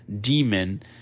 demon